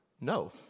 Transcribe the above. no